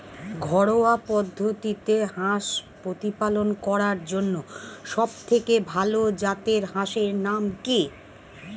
ঘরোয়া পদ্ধতিতে হাঁস প্রতিপালন করার জন্য সবথেকে ভাল জাতের হাঁসের নাম কি?